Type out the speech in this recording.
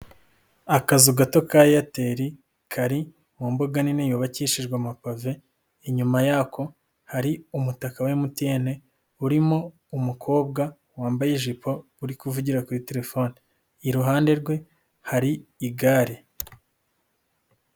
Akazu gato ka eyateli kari mu mbuga nini yubakishijwe amapave inyuma yako hari umutaka wa emutiyene urimo umukobwa wambaye ijipo uri kuvugira kuri telefone, iruhande rwe hari igare.